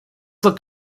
look